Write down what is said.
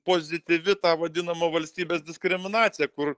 pozityvi ta vadinama valstybės diskriminacija kur